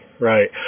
right